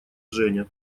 женя